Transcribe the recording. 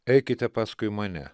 eikite paskui mane